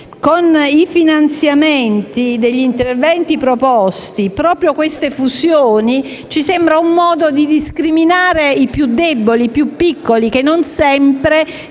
con i finanziamenti degli interventi proposti le fusioni di Comuni ci sembra un modo di discriminare i più deboli e piccoli, che non sempre